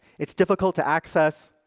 it's difficult to access